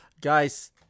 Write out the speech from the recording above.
Guys